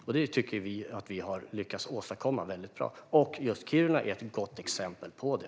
Och vi tycker att vi har lyckats åstadkomma något väldigt bra. Just Kiruna är ett gott exempel på det.